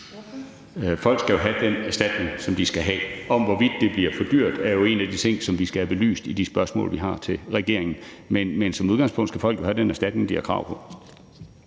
Folk skal jo have den erstatning, som de skal have. Hvorvidt det bliver for dyrt er jo en af de ting, som vi skal have belyst i de spørgsmål, vi har til regeringen, men som udgangspunkt skal folk jo have den erstatning, de har krav på.